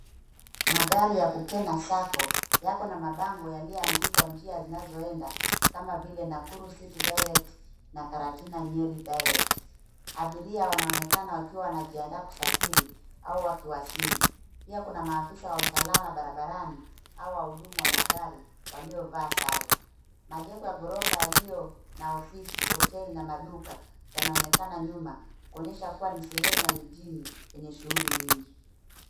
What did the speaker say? Magari ya kukena sacco yako na mabango yaliyoandikwa njia zinazoenda kama vile Nakuru city direct na karatina nyeri direct . Abiria wanaonekana wakiwa wanajihandaa kusafiri au wakiwasili. Pia kuna maafisa wa usalama barabarani au wahudumu wa magari waliovaa sare. Majengo ya ghorofa yaliyo na ofisi, hoteli na maduka yanaonekana nyuma kuonyesha kuwa ni sehemu ya mijini yenye shughuli nyingi.